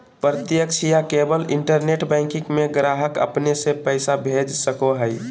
प्रत्यक्ष या केवल इंटरनेट बैंकिंग में ग्राहक अपने से पैसा भेज सको हइ